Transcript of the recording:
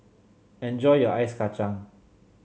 enjoy your Ice Kacang